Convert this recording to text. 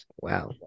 Wow